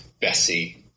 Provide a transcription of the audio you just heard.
Bessie